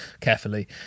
carefully